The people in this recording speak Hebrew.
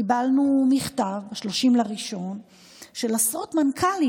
קיבלנו מכתב ב-30 בינואר של עשרות מנכ"לים,